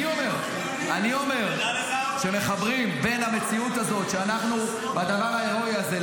אני אומר: כשמחברים את המציאות הזאת והדבר ההירואי הזה,